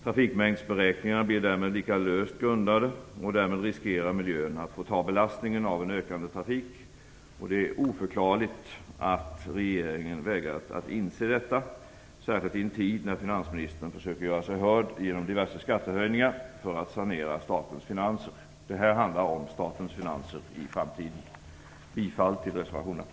Trafikmängdsberäkningarna blir därmed lika löst grundade, och därmed riskerar miljön att få ta belastningen av en ökande trafik. Det är oförklarligt att regeringen vägrar att inse detta, särskilt i en tid när finansministern försöker göra sig hörd genom diverse skattehöjningar för att sanera statens finanser. Det här handlar om statens finanser i framtiden. Jag yrkar bifall till reservationerna.